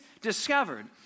discovered